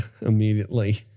immediately